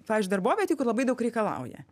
pavyzdžiui darbovietėj kur labai daug reikalauja